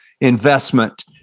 investment